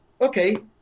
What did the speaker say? Okay